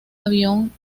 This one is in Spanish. avión